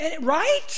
Right